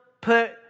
put